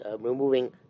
removing